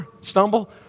stumble